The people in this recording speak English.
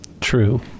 True